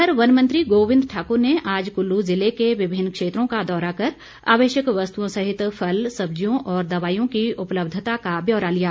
उधर वन मंत्री गोविंद ठाकुर ने आज कुल्लू ज़िले के विभिन्न क्षेत्रों का दौरा कर आवश्यक वस्तुओं सहित फल सब्जियों और दवाईयों की उपलब्धता का ब्यौरा लिया